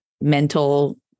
mental